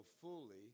fully